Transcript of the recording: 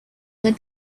led